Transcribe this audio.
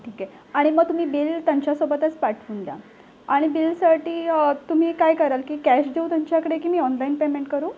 ठीक आहे आणि मग तुम्ही बिल त्यांच्यासोबतच पाठवून द्या आणि बिलसाठी तुम्ही काय कराल की कॅश देऊ त्यांच्याकडे की मी ऑनलाईन पेमेंट करू